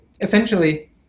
essentially